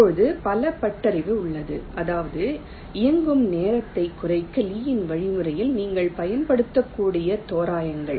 இப்போது பல பட்டறிவு உள்ளன அதாவது இயங்கும் நேரத்தைக் குறைக்க லீயின் வழிமுறையில் நீங்கள் பயன்படுத்தக்கூடிய தோராயங்கள்